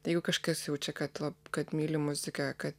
tai jau kažkas jau čia kad la kad myli muziką kad